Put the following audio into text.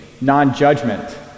non-judgment